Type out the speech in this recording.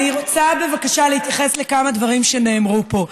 אני רוצה בבקשה להתייחס לכמה דברים שנאמרו פה.